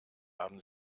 haben